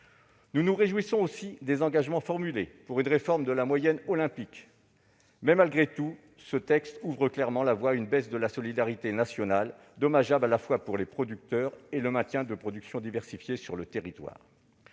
Nous nous réjouissons aussi des engagements formulés pour une réforme de la moyenne olympique. Pour autant, ce texte ouvre clairement la voie à une baisse de la solidarité nationale, dommageable à la fois pour les producteurs et pour le maintien de productions diversifiées sur le territoire.